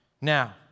Now